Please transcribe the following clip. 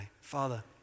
Father